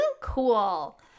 Cool